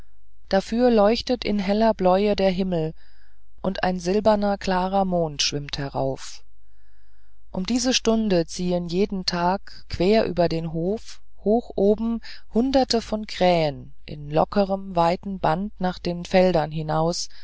dafür leuchtet in heller bläue der himmel und ein silberner klarer mond schwimmt darauf um diese stunde ziehen jeden tag quer über dem hof hoch oben hunderte von krähen im lockeren weiten band nach den feldern hinaus